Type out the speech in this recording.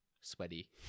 sweaty